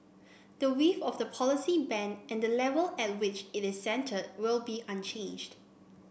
the width of the policy band and the level at which it centred will be unchanged